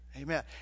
Amen